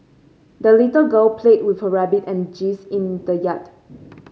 the little girl played with her rabbit and geese in the yard